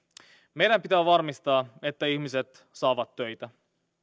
meidän pitää varmistaa että ihmiset saavat töitä